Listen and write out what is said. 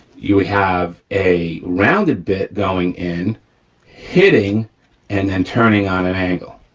you have a rounded bit going in hitting and then turning on an angle,